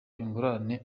ingurane